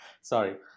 sorry